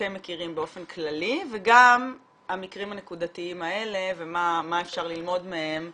מכירים באופן כללי וגם המקרים הנקודתיים האלה ומה אפשר ללמוד מהם